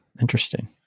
Interesting